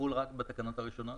תחול רק בתקנות הראשונות?